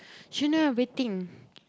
shouldn't waiting